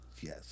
Yes